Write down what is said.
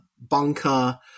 bunker